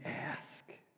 ask